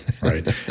right